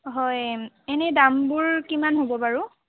হয় এনেই দামবোৰ কিমান হ'ব বাৰু